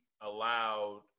allowed